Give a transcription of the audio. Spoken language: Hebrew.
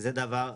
זה דבר אחד.